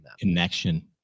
Connection